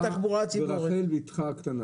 ברחל בתך הקטנה.